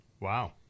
Wow